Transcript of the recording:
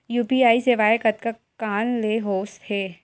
UPI सेवाएं कतका कान ले हो थे?